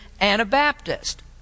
Anabaptist